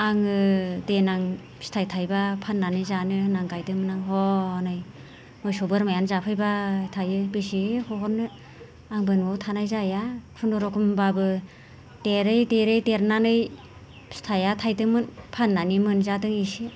आङो देनां फिथाइ थायोबा फाननानै जानो होनना गायदोंमोन आं हनै मोसौ बोरमायानो जाफैबाय थायो बेसे होहरनो आंबो न'आव थानाय जाया खुनुरखम होनबाबो देरै देरै देरनानै फिथाइया थायदोंमोन फाननानै मोनजादों इसे